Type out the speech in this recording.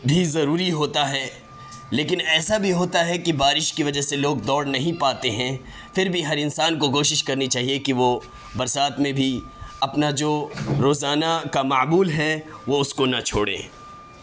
بھی ضروری ہوتا ہے لیکن ایسا بھی ہوتا ہے کہ بارش کی وجہ سے لوگ دوڑ نہیں پاتے ہیں پھر بھی ہر انسان کو کوشش کرنی چاہیے کہ وہ برسات میں بھی اپنا جو روزانہ کا معمول ہے وہ اس کو نہ چھوڑے